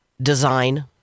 design